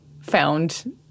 found